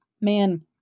man